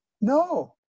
No